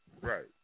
Right